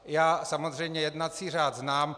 Já samozřejmě jednací řád znám.